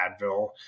Advil